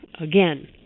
again